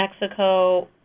Mexico